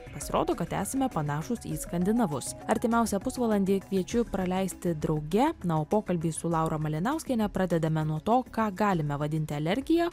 pasirodo kad esame panašūs į skandinavus artimiausią pusvalandį kviečiu praleisti drauge na o pokalbį su laura malinauskiene pradedame nuo to ką galime vadinti alergija